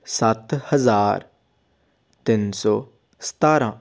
ਸੱਤ ਹਜ਼ਾਰ ਤਿੰਨ ਸੌ ਸਤਾਰਾਂ